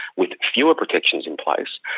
with fewer protections in place,